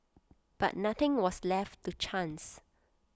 but nothing was left to chance